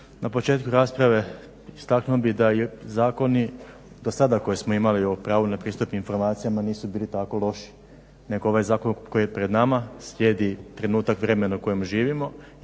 Na početku rasprave istaknuo bih da je zakoni do sada koje smo imali o pravu na pristup informacijama nisu bili tako loši, nego ovaj zakon koji je pred nama slijedi trenutak vremena u kojem živimo